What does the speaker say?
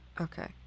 Okay